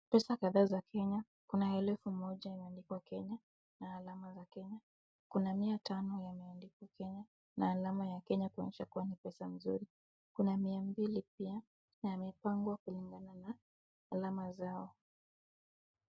Pe sa kadhaa za Kenya. Kuna elfu moja imeandikwa Kenya na alama za Kenya. Kuna mia tano imeandikwa Kenya na alama ya Kenya kuonyesha kuwa ni pesa mzuri. Kuna mia mbili pia na imepangwa kulingana kwa alama zao.